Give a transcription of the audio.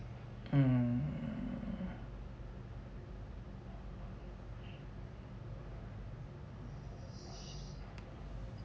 um